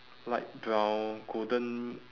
light brown golden